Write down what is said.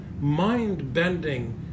mind-bending